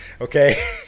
okay